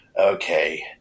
Okay